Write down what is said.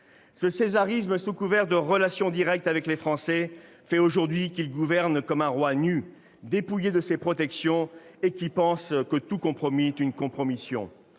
Ce césarisme sous couvert de relation directe avec les Français fait qu'il gouverne aujourd'hui comme un roi nu, dépouillé de ses protections, et qui pense que tout compromis est une compromission.